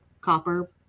copper